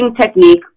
technique